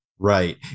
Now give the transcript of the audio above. Right